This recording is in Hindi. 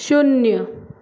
शून्य